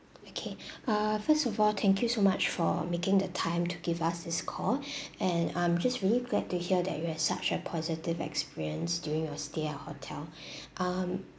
okay uh first of all thank you so much for making the time to give us this call and I'm just really glad to hear that you have such a positive experience during your stay at our hotel um